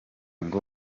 ngo